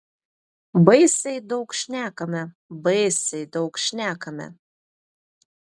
baisiai daug šnekame baisiai daug šnekame